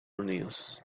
unidos